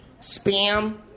Spam